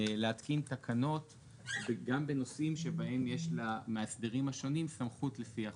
להתקין תקנות גם בנושאים שבהם יש למאסדרים השונים סמכות לפי החוק.